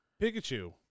Pikachu